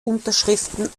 unterschriften